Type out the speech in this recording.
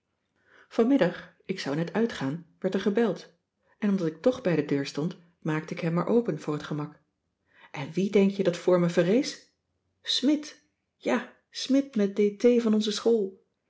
vanmiddag ik zou net uitgaan werd er gebeld en omdat ik toch bij de deur stond maakte ik hem maar open voor het gemak en wie denk je dat voor me verrees smidt ja smidt met dt van onze school